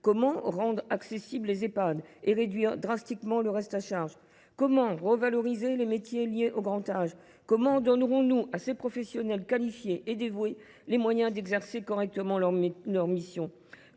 Comment rendre accessibles les Ehpad et réduire drastiquement le reste à charge ? Comment revaloriser les métiers liés au grand âge ? Comment donnerons nous à ces professionnels qualifiés et dévoués les moyens d’exercer correctement leurs missions ?